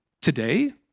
today